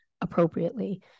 appropriately